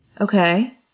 Okay